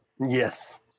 Yes